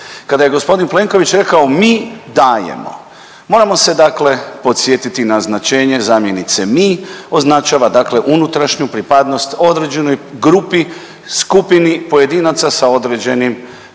Kada je gospodin Plenković rekao – mi dajemo – moramo se dakle podsjetiti na značenje zamjenice „mi“. Označava dakle unutrašnju pripadnost određenoj grupi, skupini pojedinaca sa određenim